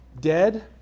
dead